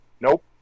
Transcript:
Nope